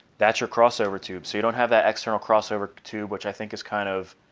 that's your crossover tube. so you don't have that external crossover tube, which i think is kind of